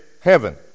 heaven